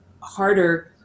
harder